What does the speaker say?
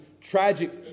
tragic